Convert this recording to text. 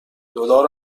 دلار